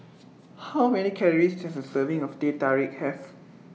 How Many Calories Does A Serving of Teh Tarik Have